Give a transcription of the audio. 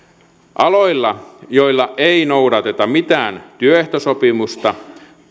aloilla joilla ei noudateta mitään työehtosopimusta